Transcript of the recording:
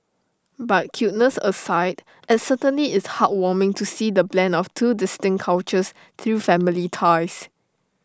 but cuteness aside IT certainly is heart warming to see the blend of two distinct cultures through family ties